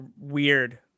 weird